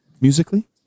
musically